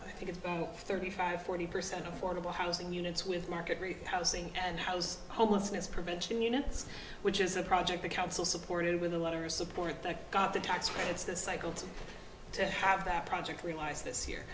i think it's thirty five forty percent affordable housing units with market rate housing and house homelessness prevention units which is a project the council supported with a lot of support that got the tax credits this cycle to to have that project realized this year